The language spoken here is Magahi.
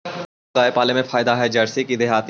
कोन गाय पाले मे फायदा है जरसी कि देहाती?